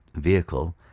vehicle